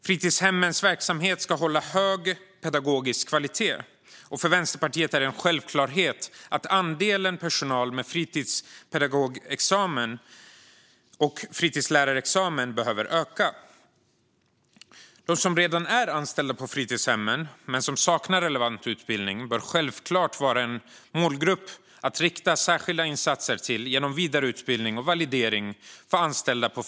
Fritidshemmens verksamhet ska hålla hög pedagogisk kvalitet, och för Vänsterpartiet är det en självklarhet att andelen personal med fritidspedagogexamen och fritidslärarexamen behöver öka. De som redan är anställda på fritidshemmen men saknar relevant utbildning, som pedagogisk högskoleexamen, bör självklart vara en målgrupp att rikta särskilda insatser till genom vidareutbildning och validering.